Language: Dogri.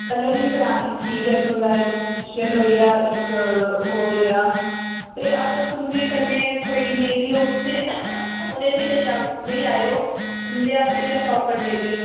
कल्लर निं कराने न ठीक ऐ तुं'दा इक फेशियल होई गेआ इक ओह् होई गेआ ते अगर तुं'दे कन्नै कोई लेड़ी होग ते उ'नें ई बी लेई लेई आएओ उं'दे आस्तै बी अस आफर देगे